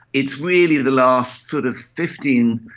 it's really the last sort of fifteen,